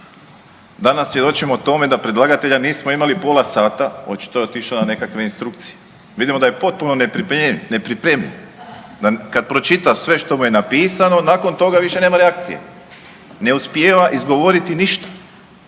Danas svjedočimo tome da predlagatelja nismo imali pola sata, očito je otišao na nekakve instrukcije, vidimo da je potpuno nepripremljen, da kad pročita sve što mu je napisao nakon toga više nema reakcije, ne uspijeva izgovoriti ništa.